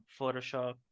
photoshop